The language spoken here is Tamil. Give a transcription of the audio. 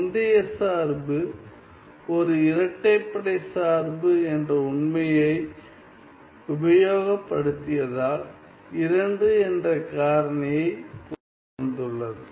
முந்தைய சார்பு ஒரு இரட்டைப்படை சார்பு என்ற உண்மையை உபயோகப்படுத்தியதால் 2 என்ற காரணியை கொண்டு வந்துள்ளது